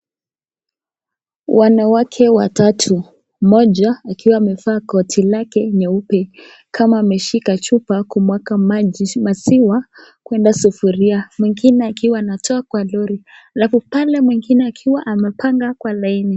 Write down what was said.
Wanawake watatu, moja akiwa amevaa koti lake nyeupe kama ameshika chupa kumwaga maziwa, kuna sufuria nyingine akiwa anatoa kwa loro. Alafu pale mwengine akiwa amepanga kwa laini